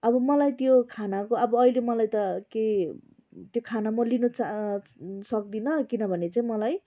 अब मलाई त्यो खानाको अब अहिले मलाई त के त्यो खाना म लिनु सक्दिनँ किनभने चाहिँ मलाई